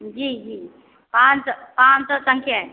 जी जी पाँच सौ पाँच सौ संख्या है